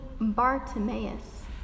Bartimaeus